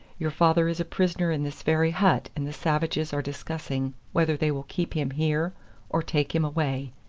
your father is a prisoner in this very hut, and the savages are discussing whether they will keep him here or take him away.